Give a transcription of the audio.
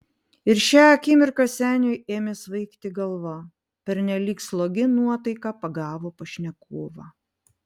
ir šią akimirką seniui ėmė svaigti galva pernelyg slogi nuotaika pagavo pašnekovą